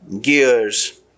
gears